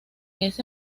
ese